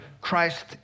Christ